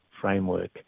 framework